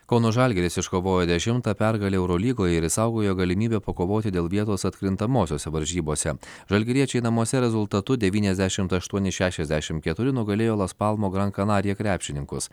kauno žalgiris iškovojo dešimtą pergalę eurolygoje ir išsaugojo galimybę pakovoti dėl vietos atkrintamosiose varžybose žalgiriečiai namuose rezultatu devyniasdešimt aštuoni šešiasdešimt keturi nugalėjo las palmo gran kanarija krepšininkus